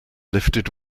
lifted